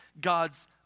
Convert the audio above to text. God's